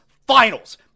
Finals